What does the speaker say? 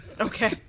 okay